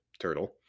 turtle